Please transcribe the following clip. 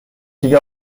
دیگه